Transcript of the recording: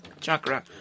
chakra